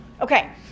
Okay